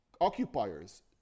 occupiers